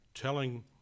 telling